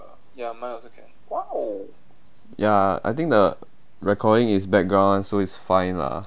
ya I think the recording is background [one] so is fine lah